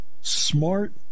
smart